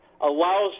allows